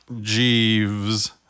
Jeeves